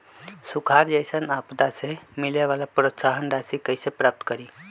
सुखार जैसन आपदा से मिले वाला प्रोत्साहन राशि कईसे प्राप्त करी?